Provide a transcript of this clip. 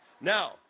Now